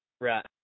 Right